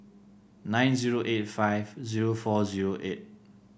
nine zero eight five zero four zero eight